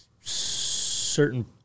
certain